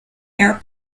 air